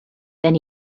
then